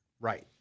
Right